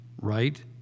right